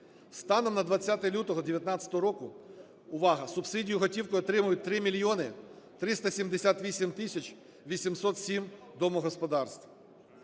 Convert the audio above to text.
Станом на 20 лютого 19-го року – увага! – субсидію готівкою отримають 3 мільйони 378 тисяч 807 домогосподарств,